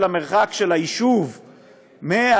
של המרחק של היישוב מהפריפריה,